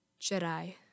Jedi